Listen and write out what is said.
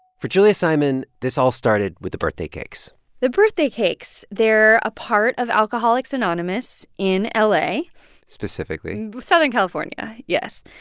for julia simon, this all started with the birthday cakes the birthday cakes they're a part of alcoholics anonymous in ah la specifically southern california, yes.